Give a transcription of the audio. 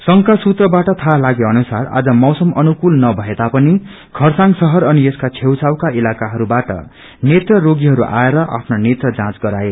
संघका सूत्रबाट थहा लागे अनुसार आज मौसम अनुकूल न भएता पनि खरसाङ शहर अनि यसका छेड छाउका इलाकाहस्वाठ नेत्र रोगीहरू आएर आफ्ना नेत्र जाँच गराए